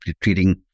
treating